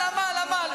עמל, עמל, עמל.